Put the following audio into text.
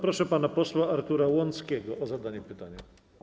Proszę pana posła Artura Łąckiego o zadanie pytania.